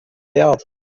wert